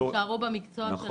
הם יישארו במקצוע שלהם.